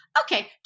okay